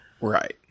Right